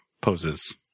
poses